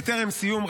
בטרם סיום,